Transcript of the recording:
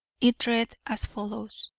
it read as follows